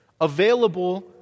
available